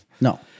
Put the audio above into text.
No